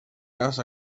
gas